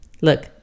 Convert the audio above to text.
look